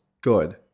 good